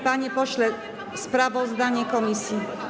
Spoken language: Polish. Panie pośle, sprawozdanie komisji.